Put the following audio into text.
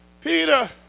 Peter